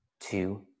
Two